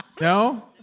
No